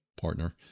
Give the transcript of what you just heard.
partner